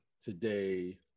today